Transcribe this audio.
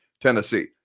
Tennessee